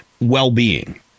well-being